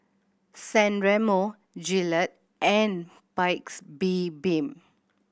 San Remo Gillette and Paik's Bibim